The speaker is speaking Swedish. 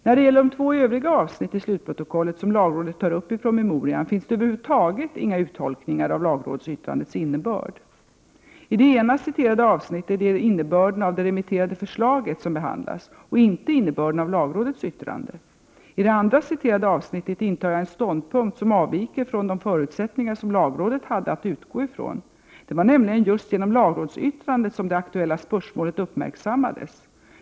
När det gäller de två övriga avsnitt i slutprotokollet som lagrådet tar upp i promemorian finns det över huvud taget inga uttolkningar av lagrådsyttrandets innebörd. I det ena citerade avsnittet är det innebörden av det remitterade förslaget som behandlas och inte innebörden av lagrådets yttrande. I det andra citerade avsnittet intar jag en ståndpunkt som avviker från de förutsättningar som lagrådet hade att utgå från. Det var nämligen just genom lagrådsyttrandet som det aktuella spörsmålet uppmärksammades.